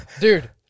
dude